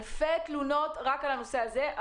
אלפי תלונות רק על הנושא הזה.